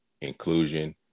inclusion